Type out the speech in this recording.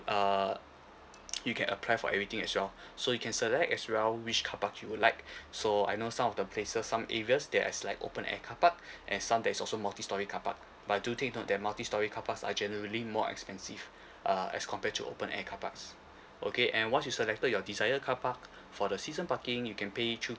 uh you can apply for everything as well so you can select as well which car park you would like so I know some of the places some areas there as like open air car park and some there's also multi storey car park but do take note that multi storey car parks are generally more expensive uh as compared to open air car parks okay and once you selected your desire car park for the season parking you can pay it through